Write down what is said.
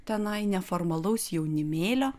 tenai neformalaus jaunimėlio